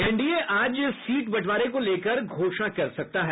NDA आज seat बंटवारे को लेकर घोषणा कर सकता है